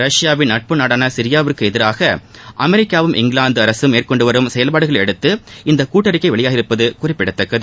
ரஷ்யாவின் நட்பு நாடான சிரியாவுக்கு எதிராக அமெரிக்காவும் இங்கிலாந்து அரசும் மேற்கொண்டு வரும் செயல்பாடுகளையடுத்து இந்த கூட்டறிக்கை வெளியாகியிருப்பது குறிப்பிடத்தக்கது